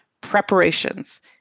preparations